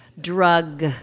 drug